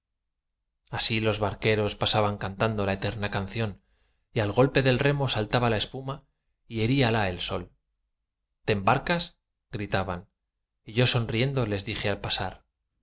así los barqueros pasaban cantando la eterna canción y al golpe del remo saltaba la espuma y heríala el sol te embarcas gritaban y yo sonriendo les dije al pasar